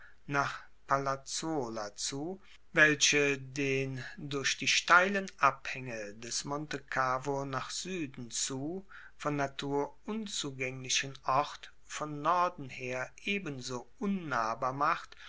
nach palazzuola zu welche den durch die steilen abhaenge des monte cavo nach sueden zu von natur unzugaenglichen ort von norden her ebenso unnahbar macht